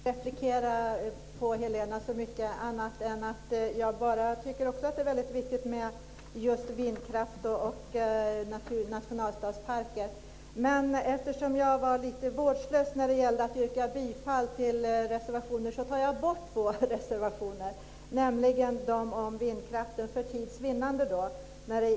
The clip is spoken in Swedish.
Fru talman! Jag ska inte replikera på Helena Hillar Rosenqvists anförande mer än att jag också tycker att det är viktigt med vindkraft och nationalstadsparker. Eftersom jag var litet vårdslös när det gällde att yrka bifall tar jag för tids vinnande bort två reservationer, nämligen de om vindkraften.